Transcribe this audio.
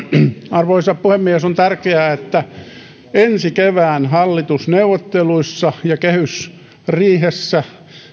arvoisa puhemies on tärkeää että ensi kevään hallitusneuvotteluissa ja kehysriihessä